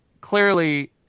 clearly